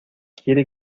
quiere